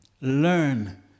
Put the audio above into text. Learn